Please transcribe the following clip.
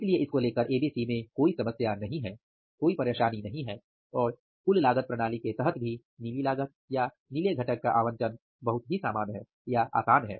इसलिए इसको लेकर एबीसी में कोई समस्या नहीं है और कुल लागत प्रणाली के तहत भी नीली लागत या नीले घटक का आवंटन बहुत आसान है